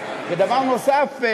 1. ודבר נוסף,